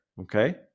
Okay